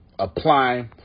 Apply